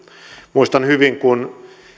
muistan hyvin kun